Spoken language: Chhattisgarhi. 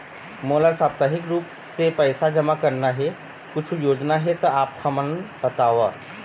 मोला साप्ताहिक रूप से पैसा जमा करना हे, कुछू योजना हे त आप हमन बताव?